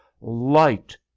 light